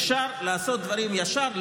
אפשר לעשות דברים ישר,